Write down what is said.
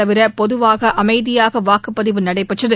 தவிர பொதுவாக அமைதியாக வாக்குப்பதிவு நடைபெற்றது